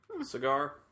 Cigar